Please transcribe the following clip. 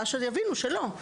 רש"א יבינו שלא.